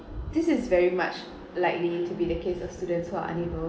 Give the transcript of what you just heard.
this is very much likely to be the case of students who are unable